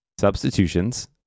Substitutions